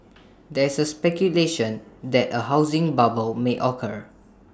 there is speculation that A housing bubble may occur